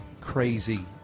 crazy